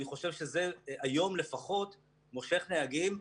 אני חושב שזה היום לפחות מושך נהגים.